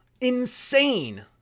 Insane